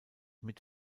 mit